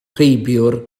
rheibiwr